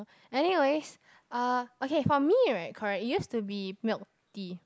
anyways uh okay for me right correct it used to be milk tea